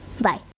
Bye